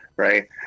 Right